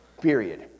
Period